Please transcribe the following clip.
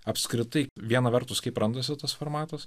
apskritai viena vertus kaip randasi tas formatas